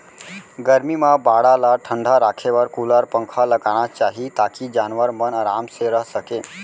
गरमी म बाड़ा ल ठंडा राखे बर कूलर, पंखा लगाना चाही ताकि जानवर मन आराम से रह सकें